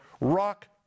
rock